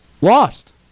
lost